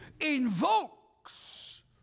invokes